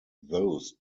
those